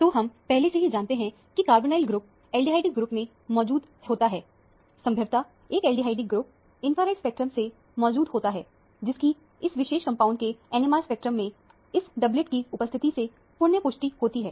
तो हम पहले से ही जानते हैं कि कार्बोनाइल ग्रुप एल्डिहाइडिक ग्रुप में मौजूद होता है संभवतया एक एल्डिहाइडिक ग्रुप इंफ्रारेड स्पेक्ट्रम से मौजूद होता है जिसकी इस विशेष कंपाउंड के NMR स्पेक्ट्रम में इस डबलेट की उपस्थिति से पुण्य पुष्टि होती है